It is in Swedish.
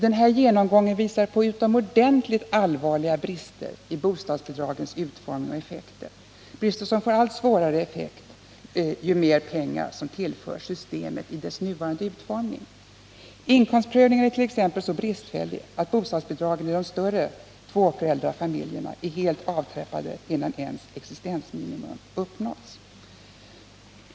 Den genomgången visar på utomordentligt allvarliga brister i bostadsbidragens utformning och effekter, brister som får allt svårare följder, ju mer pengar som tillförs systemet i dess nuvarande utformning. Inkomstprövningen är t.ex. så bristfällig att bostadsbidragen i de större tvåföräldrafamiljerna är helt avtrappade innan ens existensminimum uppnåtts.